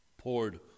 poured